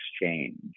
exchange